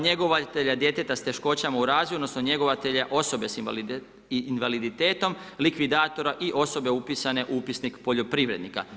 Njegovatelja djeteta s teškoćama u razvoju odnosno njegovatelja osobe s invaliditetom, likvidatora i osobe upisane u Upisnik poljoprivrednika.